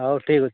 ହଉ ଠିକ୍ ଅଛି